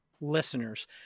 listeners